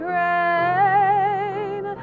rain